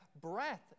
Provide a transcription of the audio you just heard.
breath